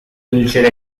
wheelchair